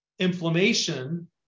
inflammation